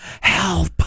Help